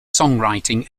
songwriting